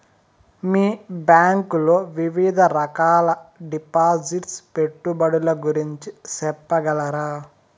మీ bank లో వివిధ రకాల డిపాసిట్స్, పెట్టుబడుల గురించి సెప్పగలరా?